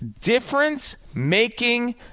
difference-making